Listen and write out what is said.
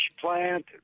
plant